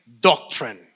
doctrine